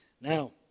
Now